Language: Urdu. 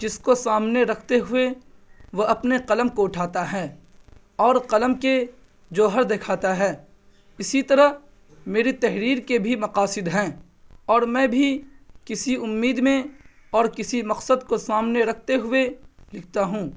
جس کو سامنے رکھتے ہوئے وہ اپنے قلم کو اٹھاتا ہے اور قلم کے جوہر دکھاتا ہے اسی طرح میری تحریر کے بھی مقاصد ہیں اور میں بھی کسی امید میں اور کسی مقصد کو سامنے رکھتے ہوئے لکھتا ہوں